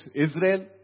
Israel